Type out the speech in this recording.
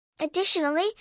Additionally